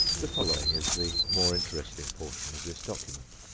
the following is the more interesting portion of this document